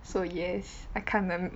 so yes I kinda